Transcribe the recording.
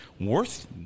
worth